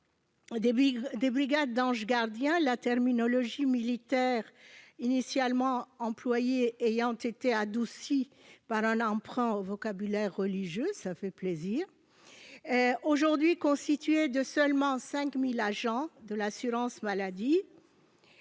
Les brigades d'anges gardiens, la terminologie militaire initialement employée ayant été adoucie par un emprunt au vocabulaire religieux, constituées seulement de 5 000 agents de l'assurance maladie,